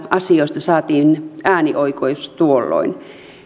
asioista ja saatiin äänioikeus tuolloin